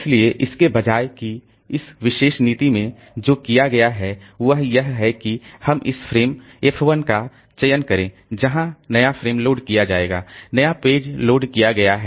इसलिए इसके बजाय कि इस विशेष नीति में जो किया गया है वह यह है कि हम इस फ्रेम f1 का चयन करें जहां नया फ्रेम लोड किया जाएगा नया पेज लोड किया गया है